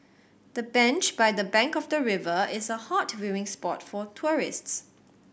the bench by the bank of the river is a hot viewing spot for tourists